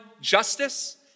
justice